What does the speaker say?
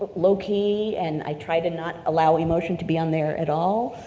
low key, and i try to not allow emotion to be on there at all.